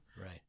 right